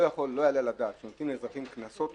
לא יעלה על הדעת שנותנים לאזרחים קנסות